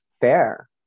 fair